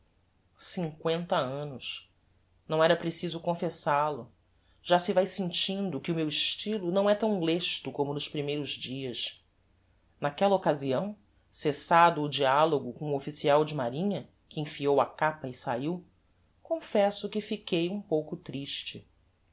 cincoenta annos não era preciso confessal-o já se vae sentindo que o meu estylo não é tão lesto como nos primeiros dias naquella occasião cessado o dialogo com o official de marinha que enfiou a capa e saiu confesso que fiquei um pouco triste